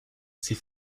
ces